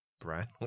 brand